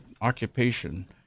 occupation